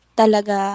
talaga